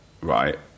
right